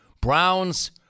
Browns